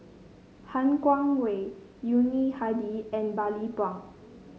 Han Guangwei Yuni Hadi and Bani Buang